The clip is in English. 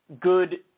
good